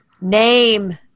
name